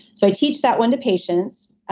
so i teach that one to patients.